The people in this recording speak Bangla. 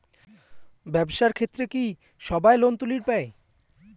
ব্যবসার ক্ষেত্রে কি সবায় লোন তুলির পায়?